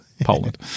Poland